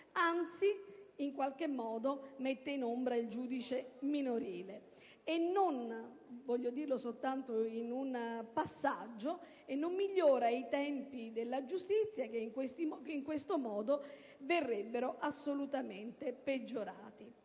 anzi in qualche modo mette in ombra il giudice minorile, e inoltre, voglio dirlo soltanto in un passaggio, non migliora i tempi della giustizia, che in questo modo verrebbero assolutamente peggiorati.